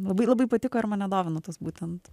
labai labai patiko ir mane domina tas būtent